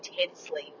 intensely